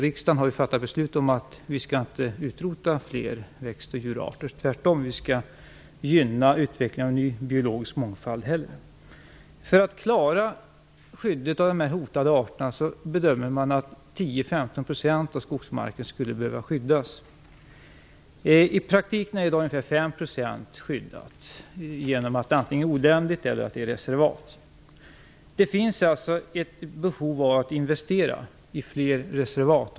Riksdagen har fattat beslut om att vi inte skall utrota fler växt och djurarter utan i stället gynna utvecklingen av biologisk mångfald. För att klara skyddet av de hotade arterna bedömer man att 10-15 % av skogsmarken skulle behöva skyddas. I praktiken är i dag ungefär 5 % skyddat genom att det antingen är oländigt eller reservat. Det finns alltså ett behov att investera i fler reservat.